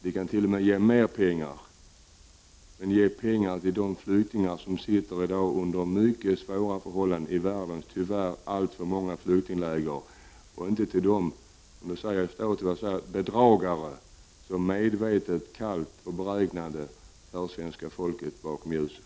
Vi kan t.o.m. ge mer pengar — men ge då pengar till de flyktingar som sitter under mycket svåra förhållanden i världens tyvärr alltför många flyktingläger, och inte till de bedragare som medvetet, kallt och beräknande för svenska folket bakom ljuset!